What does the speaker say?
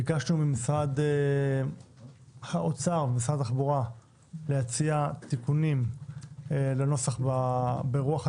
ביקשנו ממשרד האוצר ומשרד התחבורה להציע תיקונים לנוסח ברוחב